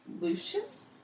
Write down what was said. Lucius